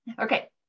Okay